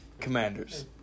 Commanders